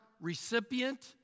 recipient